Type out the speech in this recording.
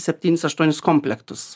septynis aštuonis komplektus